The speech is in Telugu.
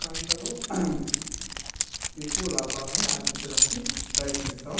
పంటలో ఎక్కువ లాభాలను ఆర్జించడానికి ప్రయత్నిస్తాము